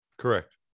Correct